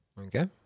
Okay